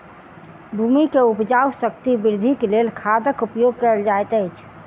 भूमि के उपजाऊ शक्ति वृद्धिक लेल खादक उपयोग कयल जाइत अछि